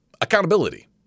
accountability